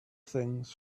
things